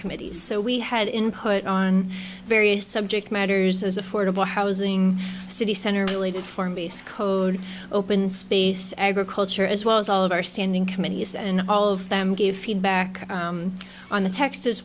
committees so we had input on various subject matters as affordable housing city center related form based code open space agriculture as well as all of our standing committees and all of them gave feedback on the text as